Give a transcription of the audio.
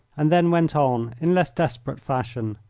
and then went on in less desperate fashion.